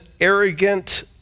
arrogant